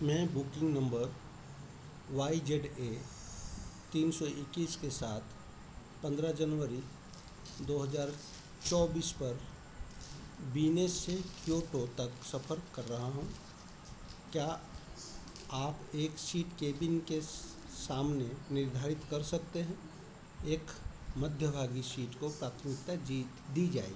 मैं booking number Y Z A तीन सौ इक्कीस के साथ पन्द्रह जनवरी दो हज़ार चौबीस पर वीनस से क्योटो तक सफ़र कर रहा हूँ क्या आप एक सीट केबिन के सामने निर्धारित कर सकते हैं एक मध्यभागी सीट को प्राथमिकता जीत दी जाएगी